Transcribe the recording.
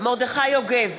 מרדכי יוגב,